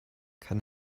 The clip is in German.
kann